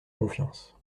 confiance